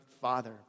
father